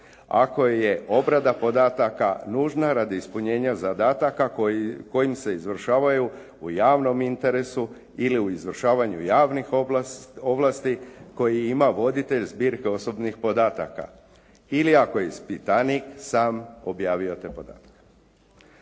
ako je obrada podataka nužna radi ispunjenja zadataka kojim se izvršavaju u javnom interesu ili u izvršenju javnih ovlasti koji ima voditelj zbirke osobnih podataka, ili ako ispitanik sam objavio te podatke.